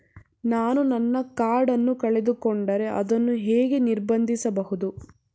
ನಾನು ನನ್ನ ಕಾರ್ಡ್ ಅನ್ನು ಕಳೆದುಕೊಂಡರೆ ಅದನ್ನು ಹೇಗೆ ನಿರ್ಬಂಧಿಸಬಹುದು?